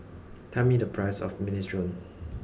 tell me the price of Minestrone